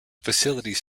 facilities